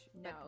No